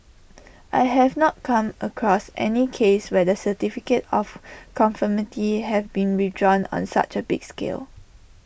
I have not come across any case where the certificate of conformity have been withdrawn on such A big scale